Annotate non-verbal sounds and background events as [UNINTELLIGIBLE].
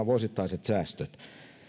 [UNINTELLIGIBLE] vuosittaiset säästöt